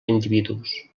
individus